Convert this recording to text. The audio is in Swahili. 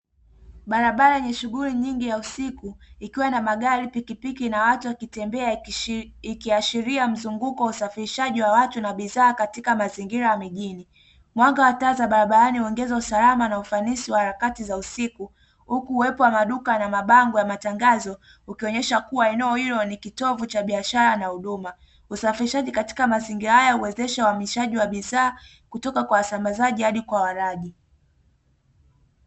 Barabara ni shughuli nyingi ya usiku ikiwa na magari pikipiki na watu wakitembea ikiashiria mzunguko wa usafirishaji wa watu na bidhaa katika mazingira ya mijini, mwanga wa taa za barabarani ongeza usalama na ufanisi wa harakati za usiku, huku uwepo wa maduka na mabango ya matangazo ukionyesha kuwa eneo hilo ni kitovu cha biashara na huduma, usafishaji katika mazingira haya uwezesha waamishaji wa bidhaa kutoka kwa asambazaji hadi kwa walaji.